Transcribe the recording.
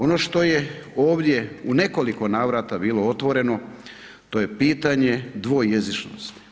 Ono što je ovdje u nekoliko navrata bilo otvoreno, to je pitanje dvojezičnosti.